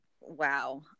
wow